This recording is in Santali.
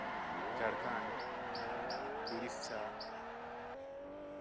ᱡᱷᱟᱲᱠᱷᱚᱱᱰ ᱩᱲᱤᱥᱥᱟ